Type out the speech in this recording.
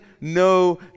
no